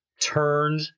turned